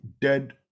dead